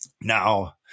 Now